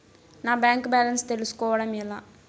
నా bank balance తెలుస్కోవడం ఎలా?